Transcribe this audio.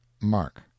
Mark